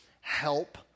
help